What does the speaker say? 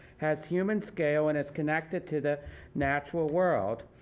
has human scale and is connected to the natural world.